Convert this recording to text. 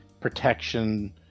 protection